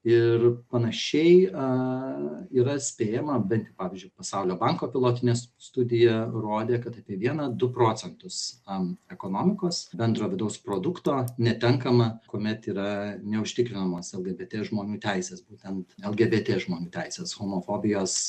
ir panašiai a yra spėjama bent jau pavyzdžiui pasaulio banko pilotinės studija rodė kad apie vieną du procentus am ekonomikos bendro vidaus produkto netenkama kuomet yra neužtikrinamos lgbt žmonių teisės būtent lgbt žmonių teisės homofobijos